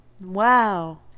wow